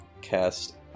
cast